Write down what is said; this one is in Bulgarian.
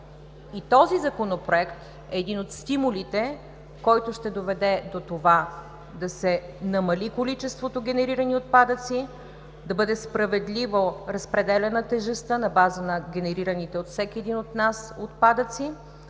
този Законопроект е един от стимулите, който ще доведе до това да се намали количеството генерирани отпадъци, да бъде справедливо разпределяна тежестта на базата на генерираните от всеки един от нас отпадъци,